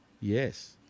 Yes